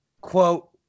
quote